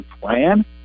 plan